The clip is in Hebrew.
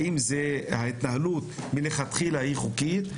האם ההתנהלות הזו מלכתחילה חוקית?